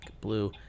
blue